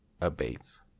abates